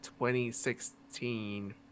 2016